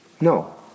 No